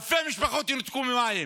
אלפי משפחות ינותקו ממים.